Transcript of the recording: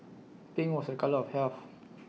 pink was A colour of health